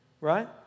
right